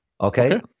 Okay